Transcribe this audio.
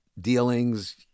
dealings